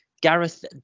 Gareth